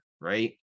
right